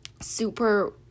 super